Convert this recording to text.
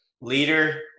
leader